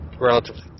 relatively